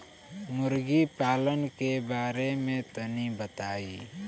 मुर्गी पालन के बारे में तनी बताई?